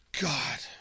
God